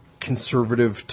conservative